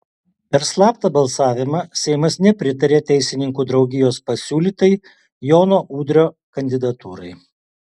per slaptą balsavimą seimas nepritarė teisininkų draugijos pasiūlytai jono udrio kandidatūrai